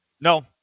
No